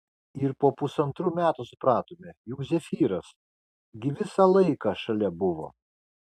ir po pusantrų metų supratome juk zefyras gi visą laiką šalia buvo